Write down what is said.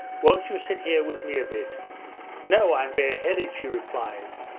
won't you sit here with me a bit no, i'm bareheaded she replied,